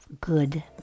good